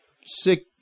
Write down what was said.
six